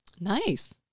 nice